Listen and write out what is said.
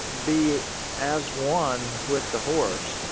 be as one with the horse.